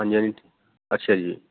ਹਾਂਜੀ ਹਾਂਜੀ ਅੱਛਾ ਜੀ